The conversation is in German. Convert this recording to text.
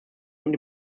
und